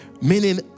meaning